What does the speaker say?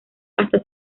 hasta